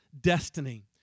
destiny